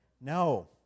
No